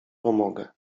pomogę